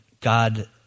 God